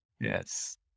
Yes